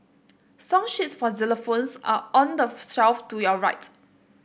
song sheets for xylophones are on the shelf to your right